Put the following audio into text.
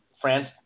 France